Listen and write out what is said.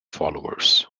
followers